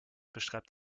beschreibt